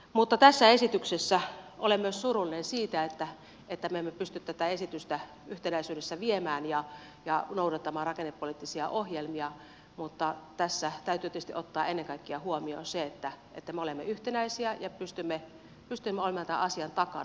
mutta tässä esityksessä olen myös surullinen siitä että me emme pysty sitä yhtenäisyydessä viemään ja noudattamaan rakennepoliittisia ohjelmia mutta tässä täytyy tietysti ottaa ennen kaikkea huomioon se että me olemme yhtenäisiä ja pystymme olemaan tämän asian takana